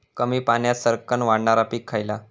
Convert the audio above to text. कमी पाण्यात सरक्कन वाढणारा पीक खयला?